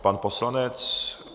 Pan poslanec...